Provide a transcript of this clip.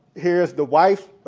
here's the wife,